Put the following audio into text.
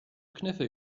kniffel